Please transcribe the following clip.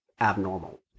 abnormal